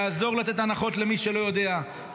לעזור לתת הנחות למי שלא יודע,